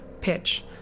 pitch